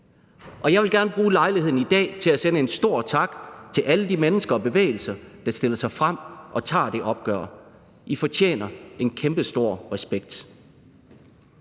Jeg vil gerne bruge lejligheden i dag til at sende en stor tak til alle de mennesker og bevægelser, der stiller sig frem og tager det opgør: I fortjener en kæmpestor respekt.